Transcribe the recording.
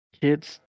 kids